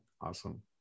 Awesome